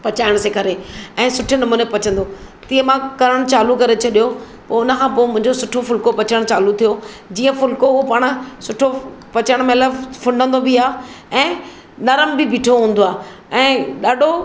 पचाइणु सेखारियाईं ऐं सुठे नमूने पचंदो हो तीअं मां करणु चालू करे छॾियो पोइ हुनखां पोइ मुंहिंजो सुठो फुलिको पचणु चालू थियो जीअं फुलिको हो पाण सुठो पचण महिल फुंडदो बि आहे ऐं नरम बि बीठो हुंदो आहे ऐं ॾाढो